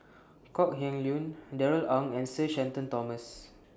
Kok Heng Leun Darrell Ang and Sir Shenton Thomas